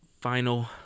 final